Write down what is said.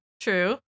True